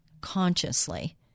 consciously